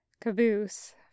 Caboose